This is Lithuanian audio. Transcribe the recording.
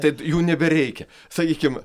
taip jų nebereikia sakykim